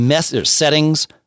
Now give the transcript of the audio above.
settings